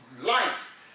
life